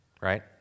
Right